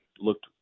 looked